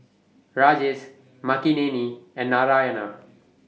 Rajesh Makineni and Narayana